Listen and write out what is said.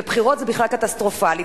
בבחירות זה בכלל קטסטרופלי.